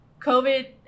COVID